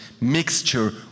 mixture